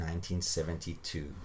1972